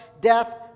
death